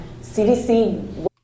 CDC